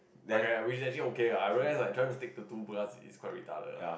okay we actually okay lah I realise like just want to take two because is quite retarded lah